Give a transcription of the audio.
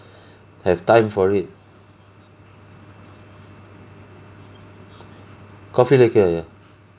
have time for it coffee liqueur ya